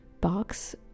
box